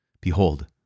Behold